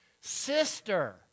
sister